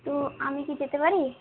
তো আমি কি যেতে পারি